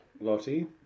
Lottie